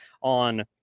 on